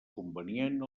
convenient